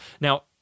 Now